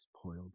Spoiled